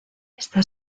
está